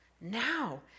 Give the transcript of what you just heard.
now